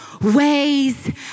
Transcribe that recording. ways